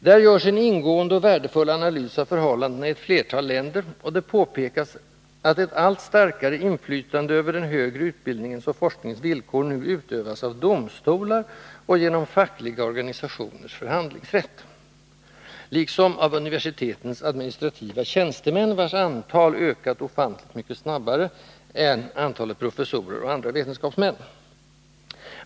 Där görs en ingående och värdefull analys av förhållandena i ett flertal länder, och det påpekas att ett allt starkare inflytande över den högre utbildningens och forskningens villkor nu utövas av domstolar och genom fackliga organisationers förhandlingsrätt, liksom av universitetens administrativa tjänstemän, vars antal ökat ofantligt mycket snabbare än antalet professorer och andra vetenskapsmän.